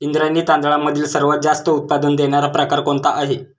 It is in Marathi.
इंद्रायणी तांदळामधील सर्वात जास्त उत्पादन देणारा प्रकार कोणता आहे?